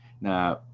na